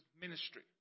ministry